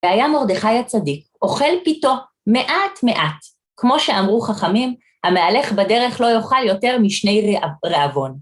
והיה מרדכי הצדיק, אוכל פיתו מעט-מעט. כמו שאמרו חכמים, המהלך בדרך לא יאכל יותר משני רעבון.